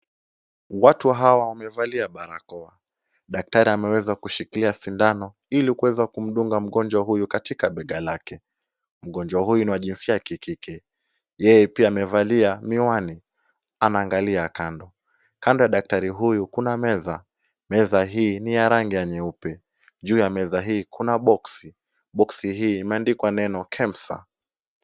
Watu hawa wamevalia barakoa, daktari ameweza kushikilia sindano ili kuweza kumdunga mgonjwa huyu katika bega lake. Mgonjwa huyu ni wa jinsi ya kikike. Yeye pia amevalia miwani, anaangalia kando. Kando ya daktari huyu, kuna meza, meza hii ni ya rangi ya nyeupe. Juu ya meza hii kuna boksi, boksi hii imeandikwa neno 'Kemsa'.